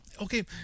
okay